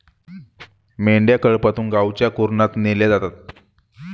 मेंढ्या कळपातून गावच्या कुरणात नेल्या जातात